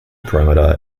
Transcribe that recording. parameter